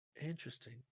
Interesting